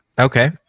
Okay